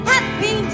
Happy